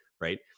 right